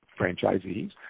franchisees